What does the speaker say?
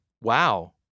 Wow